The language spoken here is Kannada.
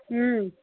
ಹ್ಞೂ